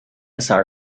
سرم